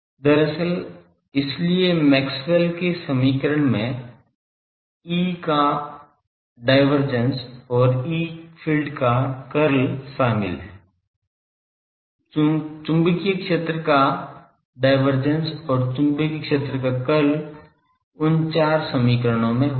दरअसल इसीलिए मैक्सवेल के समीकरण में E फ़ील्ड का डायवर्जेंस और E फ़ील्ड का कर्ल शामिल है चुंबकीय क्षेत्र का डायवर्जेंस और चुंबकीय क्षेत्र का कर्ल उन चार समीकरणों में होता है